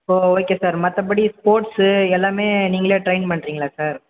ஓ okay sir மற்றபடி sports எல்லாமே நீங்களே ட்ரைன் பண்ணுறீங்களா சார்